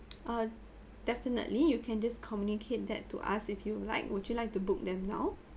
uh definitely you can just communicate that to ask if you like would you like to book them now